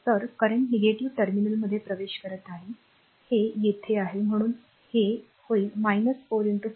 तर current negative टर्मिनलमध्ये प्रवेश करत आहे हे येथे आहे म्हणूनच हे होईल 4 5